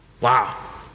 Wow